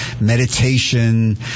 meditation